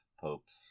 popes